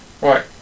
Right